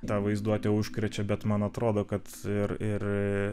tą vaizduotę užkrečia bet man atrodo kad ir ir